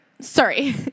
sorry